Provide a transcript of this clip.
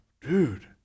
Dude